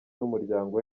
n’umuryango